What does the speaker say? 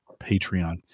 Patreon